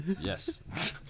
yes